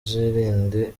uzirinde